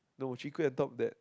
no chwee-kueh on top that